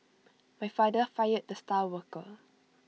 my father fired the star worker